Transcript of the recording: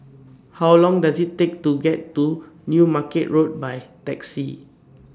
How Long Does IT Take to get to New Market Road By Taxi